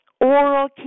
Oral